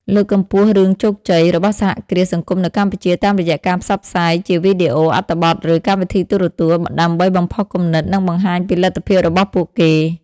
លើកកម្ពស់រឿងជោគជ័យ របស់សហគ្រាសសង្គមនៅកម្ពុជា តាមរយៈការផ្សព្វផ្សាយជាវីដេអូ អត្ថបទ ឬកម្មវិធីទូរទស្សន៍ ដើម្បីបំផុសគំនិត និងបង្ហាញពីលទ្ធភាពរបស់ពួកគេ ។